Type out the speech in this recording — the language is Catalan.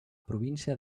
província